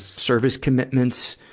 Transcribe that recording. service commitments.